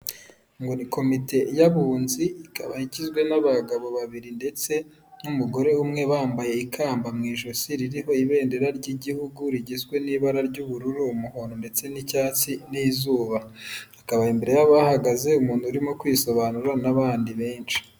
Ngo ni komite y'abunzi, ikaba igizwe n'abagabo babiri ndetse n'umugore umwe, bambaye ikamba mu ijosi ririho ibendera ry'igihugu rigizwe n'ibara ry'ubururu, umuhondo ndetse n'icyatsi n'izuba, hakaba imbere yabo hahagaze umuntu urimo kwisobanura n'abandi benshi.